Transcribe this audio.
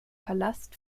palast